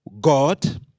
God